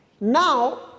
Now